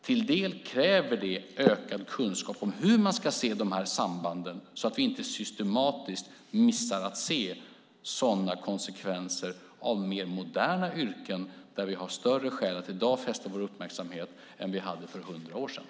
Till del krävs det ökad kunskap om hur vi ska se dessa samband så att vi inte systematiskt missar att se sådana konsekvenser av mer moderna yrken där vi i dag har större skäl att fästa vår uppmärksamhet än vi hade för hundra år sedan.